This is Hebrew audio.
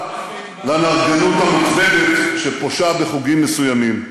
לנרגנות המוגזמת שפושה בחוגים מסוימים.